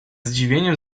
zdziwieniem